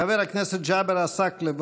חבר הכנסת ג'אבר עסאקלה,